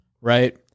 right